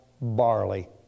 barley